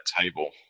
table